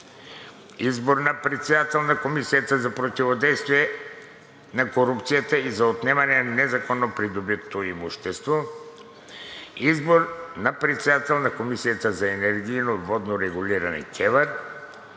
Избор на председател на Комисията за противодействие на корупцията и за отнемане на незаконно придобитото имущество. Избор на председател на Комисията за енергийно и водно регулиране – КЕВР.